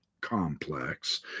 complex